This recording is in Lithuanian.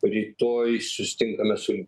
rytoj susitinkame su